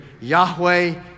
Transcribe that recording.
Yahweh